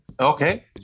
Okay